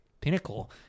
pinnacle